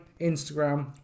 Instagram